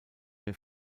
mehr